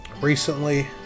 recently